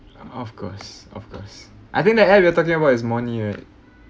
of course of course I think that app you are talking about is money right